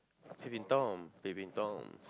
peeping Tom peeping Tom